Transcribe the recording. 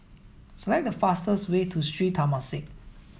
select the fastest way to Sri Temasek